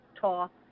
Talk